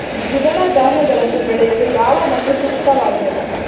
ದ್ವಿದಳ ಧಾನ್ಯಗಳನ್ನು ಬೆಳೆಯಲು ಯಾವ ಮಣ್ಣು ಸೂಕ್ತವಾಗಿದೆ?